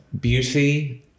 beauty